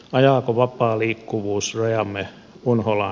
ajaako vapaa liikkuvuus rajamme unholaan